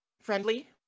friendly